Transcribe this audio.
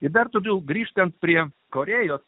ir dar todėl grįžtant prie korėjos